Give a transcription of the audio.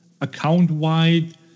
account-wide